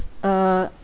uh